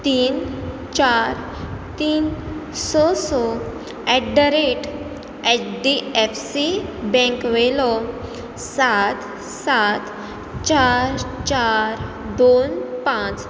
तीन चार तीन स स at the rate HDFC bank वयलो सात सात चार चार दोन पांच